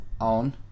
on